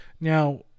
Now